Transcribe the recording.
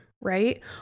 right